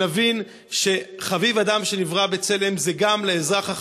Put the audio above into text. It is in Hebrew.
ונבין ש"חביב אדם שנברא בצלם" זה גם האזרח החרדי,